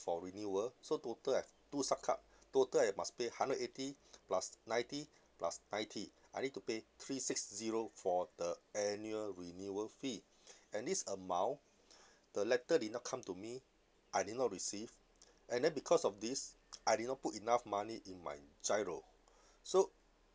for renewal so total I have two sub card total I must pay hundred eighty plus ninety plus ninety I need to pay three six zero for the annual renewal fee and this amount the letter did not come to me I did not receive and then because of this I did not put enough money in my GIRO so